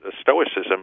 stoicism